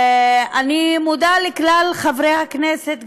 אני מודה לכלל חברי הכנסת,